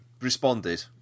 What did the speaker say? responded